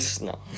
No